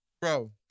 bro